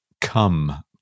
come